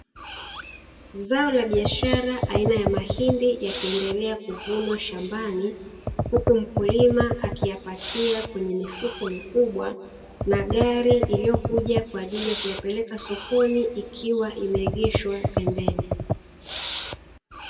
Zao la biashara aina ya mahindi yakiendelea kuvunwa shambani, huku mkulima akiyapakia kwenye mifuko mikubwa na gari iliyokuja kwa ajili ya kuyapeleka sokoni ikiwa imeegeshwa pembeni.